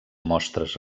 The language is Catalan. mostres